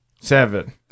Seven